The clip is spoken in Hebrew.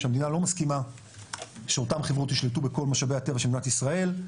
שהמדינה לא מסכימה שאותן חברות ישלטו בכל מאגרי הטבע של מדינת ישראל,